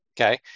okay